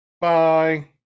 Bye